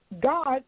God